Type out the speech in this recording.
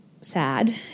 Sad